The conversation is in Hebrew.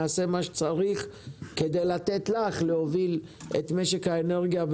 נעשה מה שצריך כדי לתת לך להוביל את משק האנרגיה,